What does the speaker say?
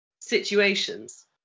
situations